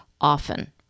often